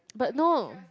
but no